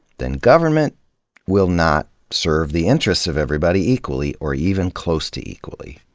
then government will not serve the interests of everybody equally, or even close to equally.